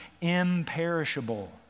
imperishable